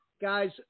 guys